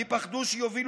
כי פחדו שיובילו